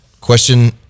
Question